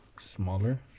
smaller